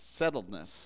settledness